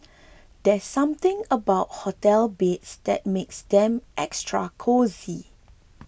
there's something about hotel beds that makes them extra cosy